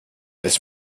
this